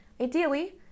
Ideally